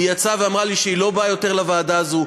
היא יצאה ואמרה לי שהיא לא באה יותר לוועדה הזו.